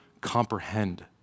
comprehend